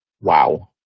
Wow